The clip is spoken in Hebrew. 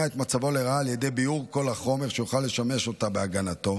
את מצבו לרעה על ידי ביעור כל החומר שיכול לשמש אותו בהגנתו,